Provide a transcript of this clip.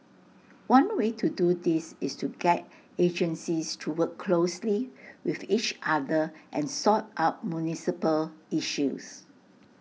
one way to do this is to get agencies to work closely with each other and sort out municipal issues